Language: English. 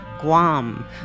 Guam